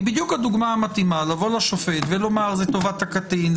היא הדוגמה המתאימה לבוא לשופט ולומר לטובת הקטין,